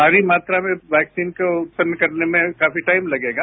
भारी मात्रा में वैक्सीन को उत्पन्न करने में काफी टाइम लगेगा